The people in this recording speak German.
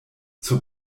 zur